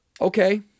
okay